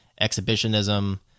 exhibitionism